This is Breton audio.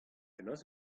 penaos